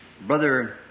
Brother